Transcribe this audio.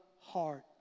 heart